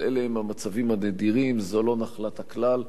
אבל אלה הם המצבים הנדירים, הם לא נחלת הכלל.